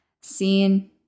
Seen